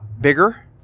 bigger